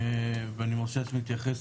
ואני רוצה להתייחס,